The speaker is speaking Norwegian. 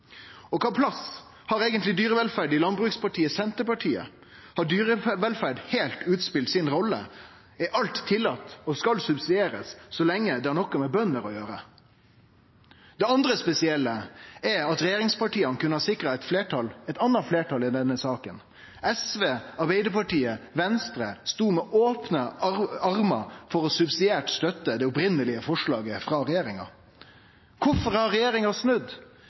Og kva plass har eigentleg dyrevelferd i landbrukspartiet Senterpartiet? Har dyrevelferda spelt ut rolla si? Er alt tillate og skal subsidierast så lenge det har noko med bønder å gjere? Det andre spesielle er at regjeringspartia kunne ha sikra eit anna fleirtal i denne saka. SV, Arbeidarpartiet og Venstre stod med opne armar for subsidiært å støtte det opphavlege forslaget frå regjeringa. Kvifor har regjeringa snudd?